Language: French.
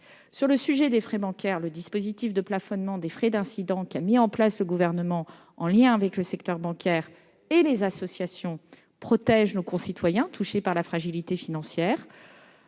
En matière de frais bancaires, le dispositif de plafonnement des frais d'incidents mis en place par le Gouvernement en lien avec le secteur bancaire et les associations protège nos concitoyens touchés par la fragilité financière.